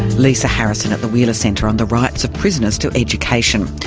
lisa harrison at the wheeler centre, on the rights of prisoners to education.